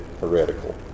heretical